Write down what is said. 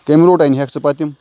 کَمہِ روٗٹہٕ اَنہِ ہَکھ ژٕ پَتہٕ تِم